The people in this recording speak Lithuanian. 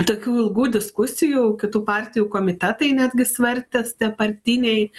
tokių ilgų diskusijų kitų partijų komitetai netgi svartės tie partiniai